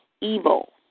evil